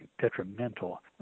detrimental